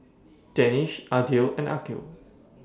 Danish Aidil and Aqil